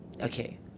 okay